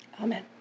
Amen